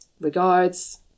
Regards